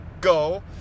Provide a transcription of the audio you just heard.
go